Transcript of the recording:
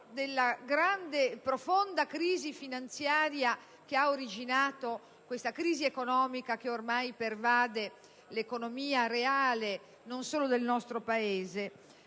della grande e profonda crisi finanziaria che ha originato questa crisi economica, che ormai pervade l'economia reale non solo del nostro Paese,